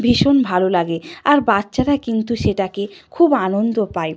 ভীষণ ভালো লাগে আর বাচ্চারা কিন্তু সেটাকে খুব আনন্দ পায়